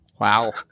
Wow